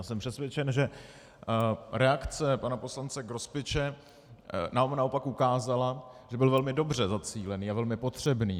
Jsem přesvědčen, že reakce pana poslance Grospiče nám naopak ukázala, že byl velmi dobře zacílený a velmi potřebný.